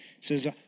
says